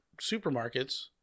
supermarkets